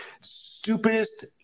Stupidest